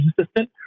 assistant